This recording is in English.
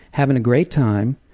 having a great time,